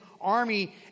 army